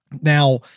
Now